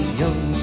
young